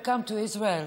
Welcome to Israel.